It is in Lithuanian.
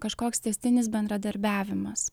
kažkoks tęstinis bendradarbiavimas